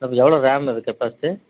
அப்போ எவ்வளோ ரேம் இருக்குது ஃபஸ்ட்டு